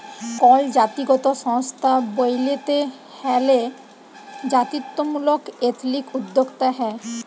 call জাতিগত সংস্থা ব্যইলতে হ্যলে জাতিত্ত্বমূলক এথলিক উদ্যোক্তা হ্যয়